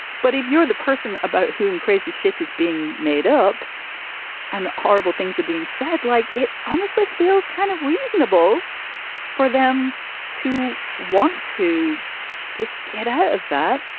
but if you're the person about whom crazy shit is being made up and horrible things have been said, like it honestly feels kind of reasonable for them to want to just get out of that.